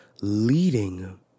leading